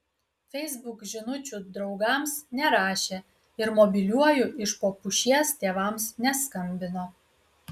facebook žinučių draugams nerašė ir mobiliuoju iš po pušies tėvams neskambino